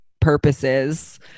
purposes